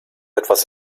etwas